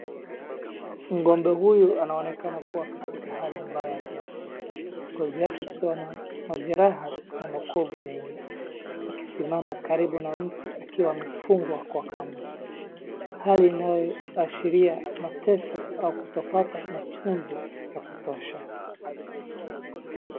Ng'ombe huyu anaonekana kuwa katika hali mbaya kiafya, ngozi yake ikiwa na majeraha na makovu mengi. Akisimama karibu na mti akiwa amefungwa kwa kamba. Hali inayoashiria mateso au kutopata matunzo ya kutosha.